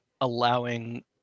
allowing